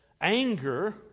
anger